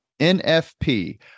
NFP